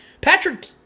Patrick